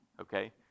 okay